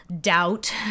doubt